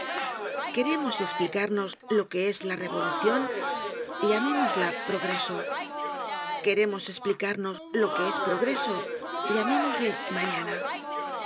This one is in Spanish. queremos esplicarnos lo que es la revolucion llamémosla progreso queremos esplicarnos lo que es el progreso llamémosle mañana